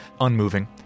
Unmoving